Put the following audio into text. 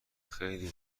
خیلی